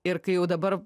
ir kai jau dabar